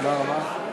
(מחיאות כפיים)